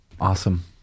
Awesome